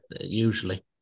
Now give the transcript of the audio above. usually